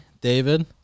david